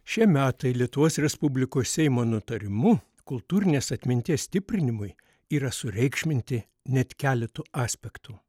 šie metai lietuvos respublikos seimo nutarimu kultūrinės atminties stiprinimui yra sureikšminti net keletu aspektų